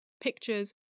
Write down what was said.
pictures